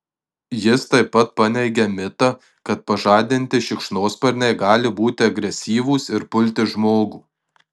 jis taip pat paneigia mitą kad pažadinti šikšnosparniai gali būti agresyvūs ir pulti žmogų